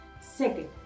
Second